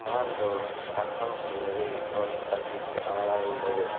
மாதந்தோறும் சம்பளம் அவர்களும் சந்திக்கும் சவாலாக உள்ளது